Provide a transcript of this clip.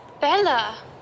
Bella